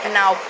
now